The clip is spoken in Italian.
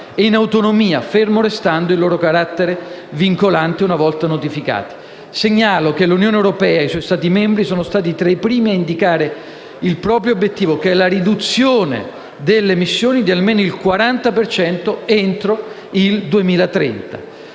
in autonomia, fermo restando il loro carattere vincolante una volta notificati. Segnalo che l'Unione europea e i suoi Stati membri sono stati tra i primi a indicare il proprio obiettivo, che è la riduzione delle emissioni di almeno il 40 per cento entro il 2030.